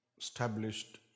established